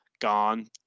gone